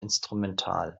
instrumental